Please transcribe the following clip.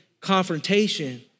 confrontation